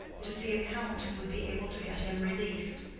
to see a count who would be able to get him released.